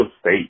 State